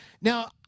Now